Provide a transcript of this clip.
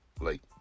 late